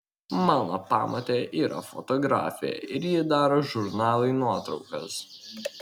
mano pamotė yra fotografė ir ji daro žurnalui nuotraukas